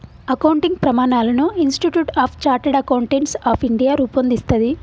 accounting ప్రమాణాలను institute of chartered accountants of India రూపొందిస్తది